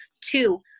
Two